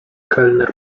kelner